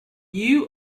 you